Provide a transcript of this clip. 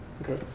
Okay